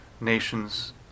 nations